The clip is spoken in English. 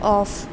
off